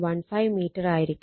15 metre ആയിരിക്കും